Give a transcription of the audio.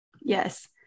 Yes